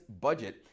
budget